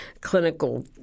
clinical